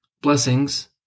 blessings